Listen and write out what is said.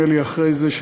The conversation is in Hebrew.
נדמה לי אחרי זה,